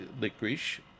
licorice